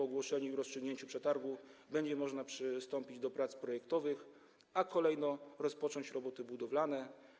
Po ogłoszeniu i rozstrzygnięciu przetargu będzie można przystąpić do prac projektowych, a następnie rozpocząć roboty budowlane.